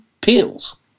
pills